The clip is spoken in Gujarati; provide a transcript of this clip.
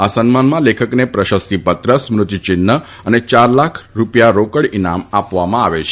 આ સન્માનમાં લેખકને પ્રશસ્તિપત્ર સ્મૃતિચિન્ઠ અને ચાર લાખ રૂપિયા રોકડ ઇનામ આપવામાં આવે છે